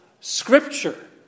scripture